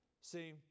See